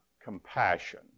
compassion